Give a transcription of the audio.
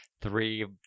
three